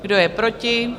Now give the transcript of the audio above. Kdo je proti?